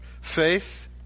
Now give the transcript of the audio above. Faith